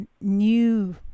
new